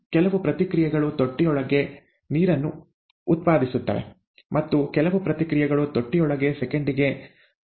ಕೆಲವು ಪ್ರತಿಕ್ರಿಯೆಗಳು ತೊಟ್ಟಿಯೊಳಗೆ ನೀರನ್ನು ಉತ್ಪಾದಿಸುತ್ತಿವೆ ಮತ್ತು ಕೆಲವು ಪ್ರತಿಕ್ರಿಯೆಗಳು ತೊಟ್ಟಿಯೊಳಗೆ ಸೆಕೆಂಡಿಗೆ 0